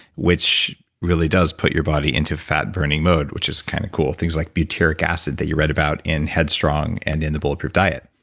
which really does put your body into fat-burning mode which is kinda cool. things like butyric acid that you read about in head strong and in the bulletproof diet.